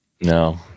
No